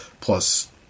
Plus